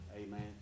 Amen